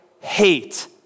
hate